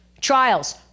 trials